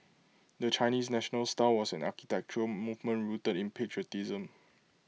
the Chinese national style was an architectural movement rooted in patriotism